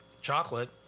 chocolate